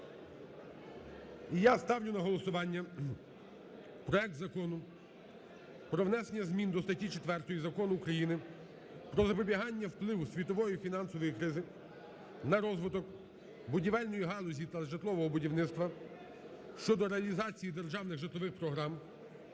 І я ставлю на голосування проект Закону про внесення змін до статті 4 Закону України "Про запобігання впливу світової фінансової кризи на розвиток будівельної галузі та житлового будівництва" щодо реалізації державних житлових програм